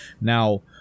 Now